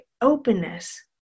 openness